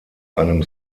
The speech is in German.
einem